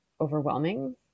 overwhelming